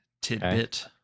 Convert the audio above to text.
tidbit